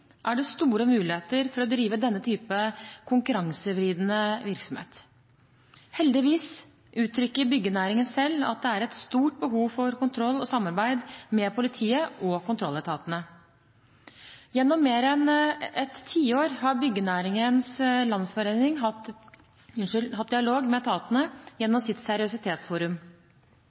er det store muligheter for å drive denne type konkurransevridende virksomhet. Heldigvis uttrykker byggenæringen selv at det er et stort behov for kontroll og samarbeid med politiet og kontrolletatene. Gjennom mer enn et tiår har Byggenæringens Landsforening hatt dialog med etatene gjennom sitt seriøsitetsforum.